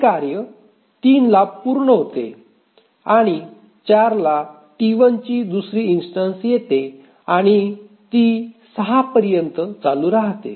हे कार्य 3 ला पूर्ण होते आणि 4 ला T 1 ची दुसरी इन्स्टन्स येते आणि ती 6 पर्यंत चालू राहते